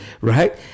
Right